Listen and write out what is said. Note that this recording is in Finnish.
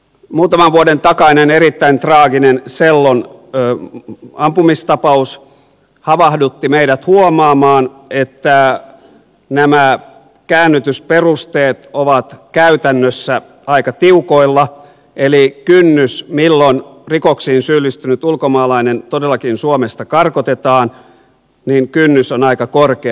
muutaman vuoden takainen erittäin traaginen sellon ampumistapaus havahdutti meidät huomaamaan että nämä käännytysperusteet ovat käytännössä aika tiukoilla eli kynnys milloin rikoksiin syyllistynyt ulkomaalainen todellakin suomesta karkotetaan on aika korkea